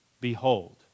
Behold